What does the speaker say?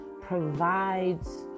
provides